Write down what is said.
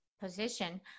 position